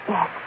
Yes